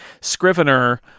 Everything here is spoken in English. Scrivener